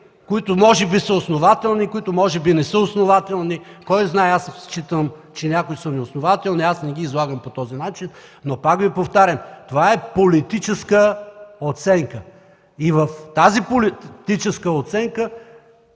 които може би са основателни, които може би не са основателни – кой знае, аз считам, че някои са неоснователни, аз не ги излагам по този начин. Но пак Ви повтарям, това е политическа оценка. В тази политическа оценка